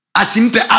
asimpe